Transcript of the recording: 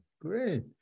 great